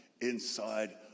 inside